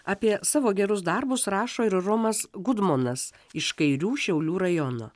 apie savo gerus darbus rašo ir romas gudmonas iš kairių šiaulių rajono